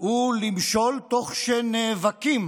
הוא למשול תוך שנאבקים